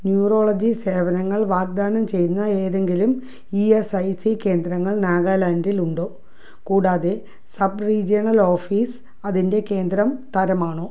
neurology സേവനങ്ങൾ വാഗ്ദാനം ചെയ്യുന്ന ഏതെങ്കിലും ഇ എസ് ഐ സി കേന്ദ്രങ്ങൾ നാഗാലാൻഡിൽ ഉണ്ടോ കൂടാതെ സബ് റീജിയണൽ ഓഫീസ് അതിന്റെ കേന്ദ്രം തരമാണോ